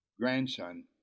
grandson